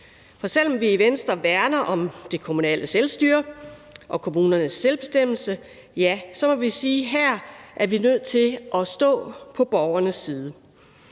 For selv om vi i Venstre værner om det kommunale selvstyre og kommunernes selvbestemmelse, må vi sige, at her er vi nødt til at stå på borgernes side.